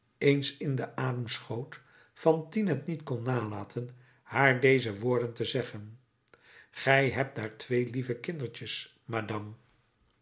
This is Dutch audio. eens in den adem schoot fantine het niet kon nalaten haar deze woorden te zeggen gij hebt daar twee lieve kindertjes madame